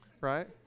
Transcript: Right